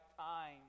time